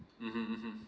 mmhmm mmhmm